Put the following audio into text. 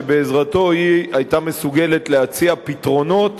שבעזרתו היא היתה מסוגלת להציע פתרונות